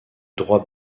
droit